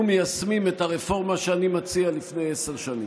מיישמים את הרפורמה שאני מציע לפני עשר שנים.